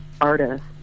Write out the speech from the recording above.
artist